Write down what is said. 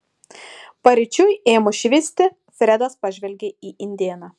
paryčiui ėmus švisti fredas pažvelgė į indėną